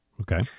Okay